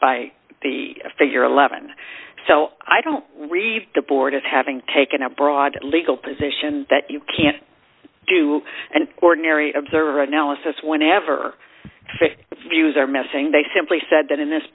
by the figure eleven so i don't read the board of having taken a broad legal position that you can't do an ordinary observer analysis whenever views are missing they simply said that in this